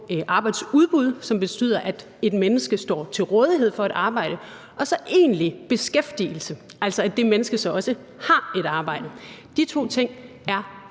arbejdsudbud, som betyder, at et menneske står til rådighed for et arbejde, og så egentlig beskæftigelse, altså at det menneske så også har et arbejde. De to ting er